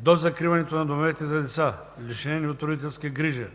До закриването на домовете за деца, лишени от родителска грижа,